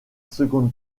seconde